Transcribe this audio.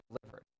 delivered